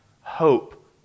hope